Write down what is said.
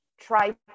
try